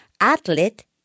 athlete